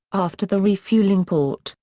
aft of the refueling port,